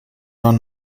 man